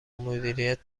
مدیریت